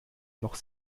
noch